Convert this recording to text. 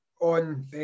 on